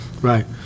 right